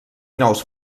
nous